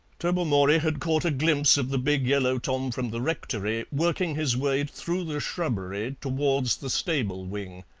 tobermory had caught a glimpse of the big yellow tom from the rectory working his way through the shrubbery towards the stable wing.